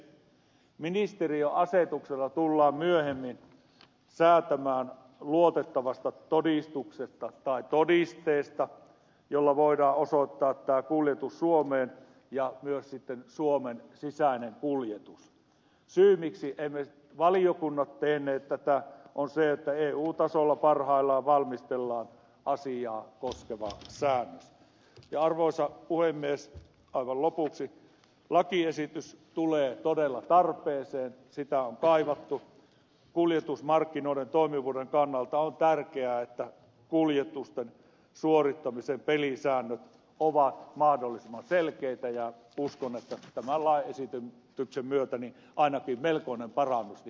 ministeriö asetuksella tullaan myöhemmin säätämään luotettavasta todistuksesta tai todisteesta jolla voida osoittaa tai kuljetus suomeen ja myös itä suomen sisäinen kuljetus syy miksi valiokunnat perinne jota on se että eu tasolla parhaillaan valmistellaan asiaa koskevaa sisään ja arvoisa puhemies pavol lopuksi lakiesitys tullee todella tarpeeseen sitä on kaivattu kuljetusmarkkinoiden toimivuuden kannalta on tärkeää että kuljetusten suorittamisen pelisäännöt ovat mahdollisimman selkeitä ja uskon että maalla ei syty töpsä myötä niin ainakin melkoinen parannus ja